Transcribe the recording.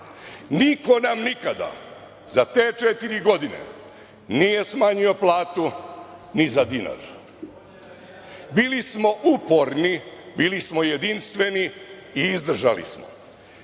Niko nam nikada za te četiri godine nije smanjio platu ni za dinar. Bili smo uporni, bili smo jedinstveni i izdržali smo. Šta